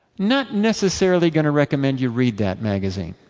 not necessarily going to recommend you read that magazine.